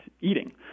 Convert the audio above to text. eating